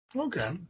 Okay